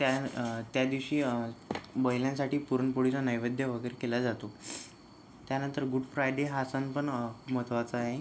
त्या त्या दिवशी बैलांसाठी पुरणपोळीचा नैवेद्य वगैरे केला जातो त्यानंतर गुड फ्रायडे हा सण पण महत्त्वाचा आहे